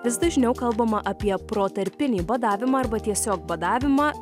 vis dažniau kalbama apie protarpinį badavimą arba tiesiog badavimą